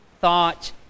thought